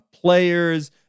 players